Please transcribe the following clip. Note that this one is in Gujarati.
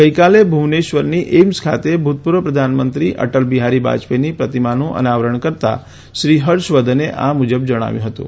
ગઈકાલે ભુવનેશ્વરની એઇમ્સ ખાતે ભૂતપૂર્વ પ્રધાનમંત્રી અટલ બિહારી વાજપેઈની પ્રતિમાનું અનાવરણ કરતા શ્રી હર્ષવર્ધને આ મુજબ જણાવ્યું હતું